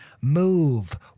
move